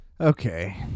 Okay